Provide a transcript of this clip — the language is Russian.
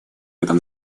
этом